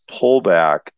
pullback